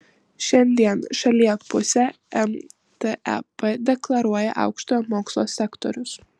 šiandien šalyje pusę mtep deklaruoja aukštojo mokslo sektorius